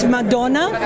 Madonna